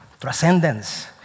Transcendence